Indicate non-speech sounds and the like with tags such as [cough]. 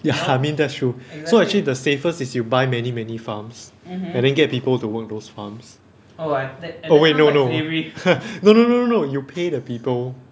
ya I mean that's true so actually the safest is you buy many many farms and get people to work those farms oh wait no no [laughs] no no no no no you pay the people